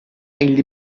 elli